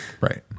Right